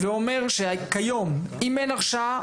הווה אומר שכיום אם אין הרשעה,